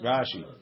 Rashi